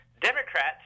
Democrats